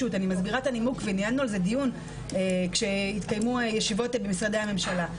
וניהלנו על זה דיון כשהתקיימו ישיבות במשרדי הממשלה.